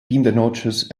pindanootjes